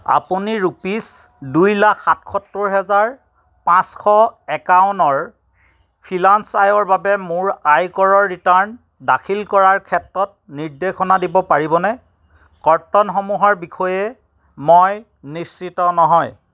আপুনি ৰোপিছ দুই লাখ সাতসত্তৰ হাজাৰ পাঁচশ একাৱন্নৰ ফ্ৰিলান্স আয়ৰ বাবে মোৰ আয়কৰ ৰিটাৰ্ণ দাখিল কৰাৰ ক্ষেত্ৰত নিৰ্দেশনা দিব পাৰিবনে কৰ্তনসমূহৰ বিষয়ে মই নিশ্চিত নহয়